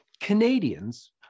Canadians